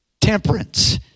temperance